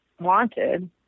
wanted